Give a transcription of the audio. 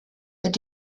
wird